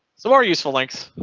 some are useful links.